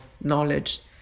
knowledge